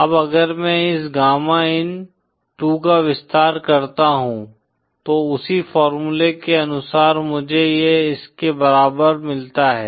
अब अगर मैं इस गामा इन 2 का विस्तार करता हूं तो उसी फॉर्मूले के अनुसार मुझे यह इसके बराबर मिलता है